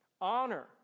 Honor